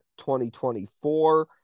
2024